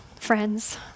friends